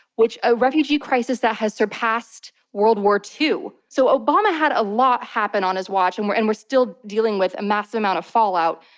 which a refugee crisis that has surpassed world war ii. so obama had a lot happen on his watch, and we're and we're still dealing with a massive amount of fallout.